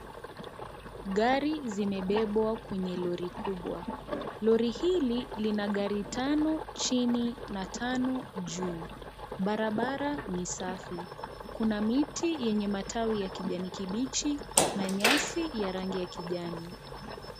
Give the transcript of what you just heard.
Gari zimebebwa kwenye lori kubwa, lori hili lina gari tano chini na tano juu. Barabara ni safi, kuna miti yenye matawi ya kijani kibichi na nyasi ya rangi ya kijani.